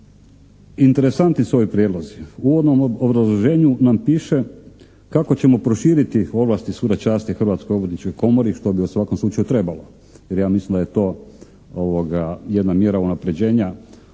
interesantni su ovi prijedlozi. U uvodnom obrazloženju nam piše kako ćemo proširiti ovlasti Suda časti Hrvatskoj obrtničkoj komori što bi u svakom slučaju trebalo jer ja mislim da je to jedna mjera unaprjeđenja